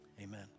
Amen